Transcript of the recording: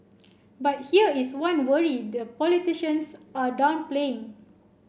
but here is one worry the politicians are downplaying